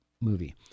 movie